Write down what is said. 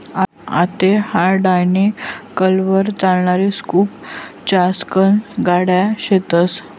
आते हायड्रालिकलवर चालणारी स्कूप चाकसन्या गाड्या शेतस